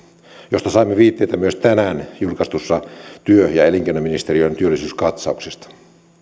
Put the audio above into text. josta saimme viitteitä myös tänään julkaistusta työ ja elinkeinoministeriön työllisyyskatsauksesta